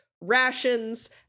rations